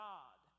God